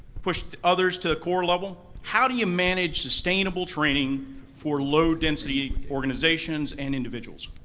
pushed others to corps level. how do you manage sustainable training for low-density organizations and individuals?